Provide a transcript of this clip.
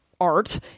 art